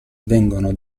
vengono